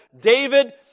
David